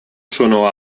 sono